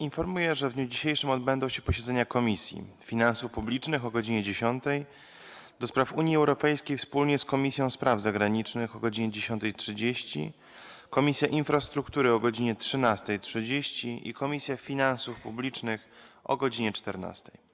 Informuję, że w dniu dzisiejszym odbędą się posiedzenia Komisji: - Finansów Publicznych - o godz. 10, - do Spraw Unii Europejskiej wspólnie z Komisją Spraw Zagranicznych - o godz. 10.30, - Infrastruktury - o godz. 13.30, - Finansów Publicznych - o godz. 14.